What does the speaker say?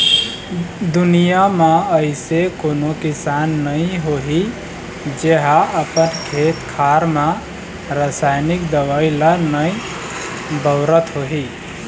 दुनिया म अइसे कोनो किसान नइ होही जेहा अपन खेत खार म रसाइनिक दवई ल नइ बउरत होही